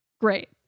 Great